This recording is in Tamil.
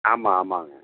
ஆமாம் ஆமாங்க